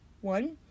One